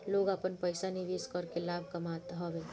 लोग आपन पईसा निवेश करके लाभ कामत हवे